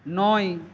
নয়